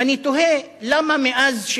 ואני תוהה למה מאז,